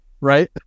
right